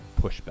pushback